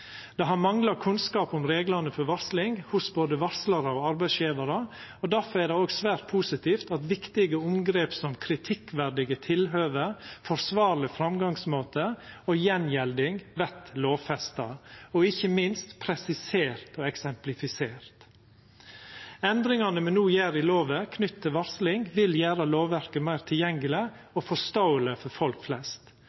Det har mangla kunnskap om reglane for varsling hos både varslarar og arbeidsgjevarar. Difor er det òg svært positivt at viktige omgrep som «kritikkverdige tilhøve», «forsvarleg framgangsmåte» og «gjengjelding» vert lovfesta, og ikkje minst presiserte og eksemplifiserte. Endringane me no gjer i lovverket knytte til varsling, vil gjera lovverket meir tilgjengeleg